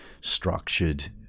structured